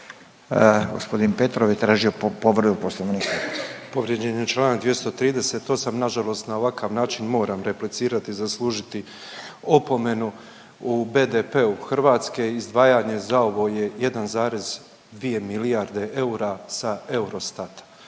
Poslovnika **Petrov, Božo (MOST)** Povrijeđen je čl. 238, nažalost na ovakav način moram replicirati i zaslužiti opomenu. U BDP-u Hrvatske izdvajanje za ovo je 1,2 milijarde eura sa Eurostata